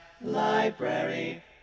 Library